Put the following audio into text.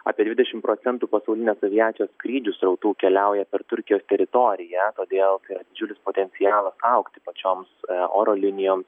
apie dvidešim procentų pasaulinės aviacijos skrydžių srautų keliauja per turkijos teritoriją todėl kad didžiulis potencialas augti pačioms oro linijoms